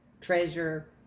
treasure